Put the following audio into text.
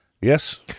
Yes